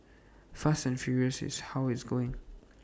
fast and furious is how it's going